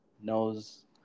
knows